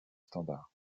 standard